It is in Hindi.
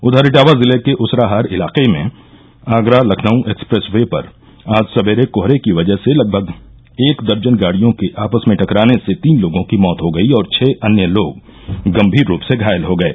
उधर इटावा जिले के उसराहार इलाकें में आगरा लखनऊ एक्सप्रेस वे पर आज सबेरे कोहरे की वजह से लगभग एक दर्जन गाड़ियों के आपस में टकराने से तीन लोगों की मौत हो गयी और छः अन्य लोग गम्मीर रूप से घायल हो गये